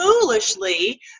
foolishly